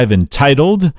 entitled